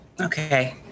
Okay